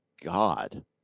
god